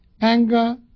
anger